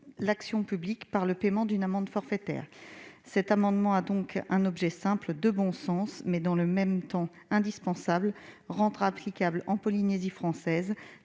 l'action publique par le paiement d'une amende forfaitaire. Cet amendement a donc un objet simple, de bon sens, mais indispensable : rendre applicable en Polynésie française